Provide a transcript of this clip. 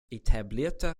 etablierte